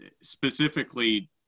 specifically